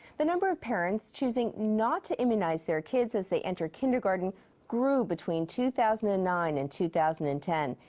the number of parents choosing not to immunize their kids as they enter kindergarten grew between two thousand and nine and two thousand and ten.